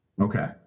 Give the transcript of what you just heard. Okay